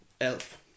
Elf